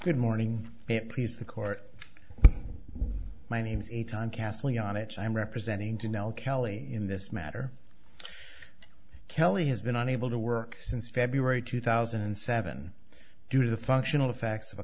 good morning it please the court my name is a time castling on it i'm representing to now kelly in this matter kelly has been unable to work since february two thousand and seven due to the functional effects